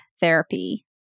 therapy